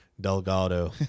Delgado